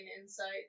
insight